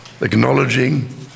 Acknowledging